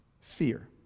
fear